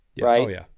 right